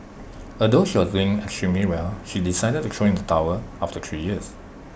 although she was doing extremely well she decided to throw in the towel after three years